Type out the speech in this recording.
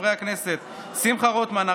חברי הכנסת שמחה רוטמן,